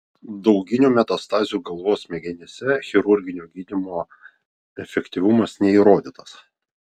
dauginių metastazių galvos smegenyse chirurginio gydymo efektyvumas neįrodytas